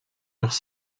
leurs